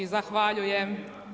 Zahvaljujem.